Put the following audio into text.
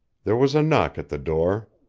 there was a knock at the door.